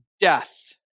death